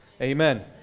amen